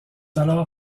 alors